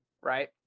right